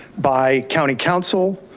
by county counsel,